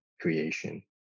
creation